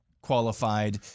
Qualified